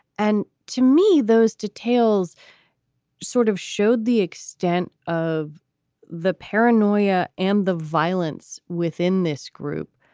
and to me, those details sort of showed the extent of the paranoia and the violence within this group.